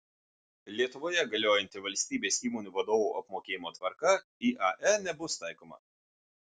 lietuvoje galiojanti valstybės įmonių vadovų apmokėjimo tvarka iae nebus taikoma